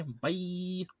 Bye